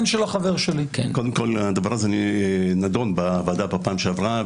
קודם כול, הדבר הזה נדון בוועדה בפעם שעברה.